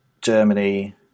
Germany